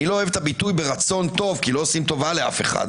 לא אוהב את הביטוי ברצון טוב כי לא עושים טובה לאף אחד,